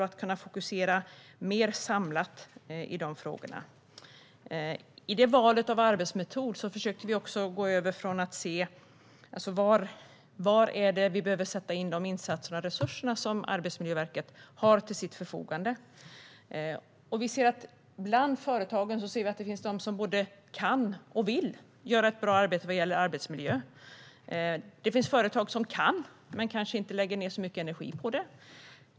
Vi ville kunna fokusera mer samlat i de frågorna. I det valet av arbetsmetod försökte vi också se var det är vi behöver sätta in de insatser och resurser som Arbetsmiljöverket har till sitt förfogande. Bland företagen ser vi att det finns de som både kan och vill göra ett bra arbete vad gäller arbetsmiljö. Det finns företag som kan men kanske inte lägger ned så mycket energi på det.